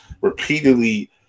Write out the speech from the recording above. repeatedly